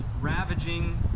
ravaging